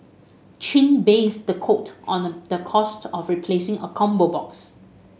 Chin based the quote on the cost of replacing a combo box